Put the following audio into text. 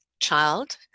child